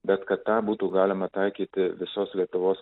bet kad tą būtų galima taikyti visos lietuvos